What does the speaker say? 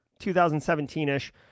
2017-ish